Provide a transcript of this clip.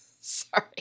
Sorry